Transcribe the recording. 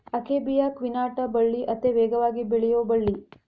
akebia quinata ಬಳ್ಳಿ ಅತೇ ವೇಗವಾಗಿ ಬೆಳಿಯು ಬಳ್ಳಿ